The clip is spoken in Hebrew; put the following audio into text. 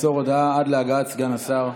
הודעה, עד להגעת סגן השר.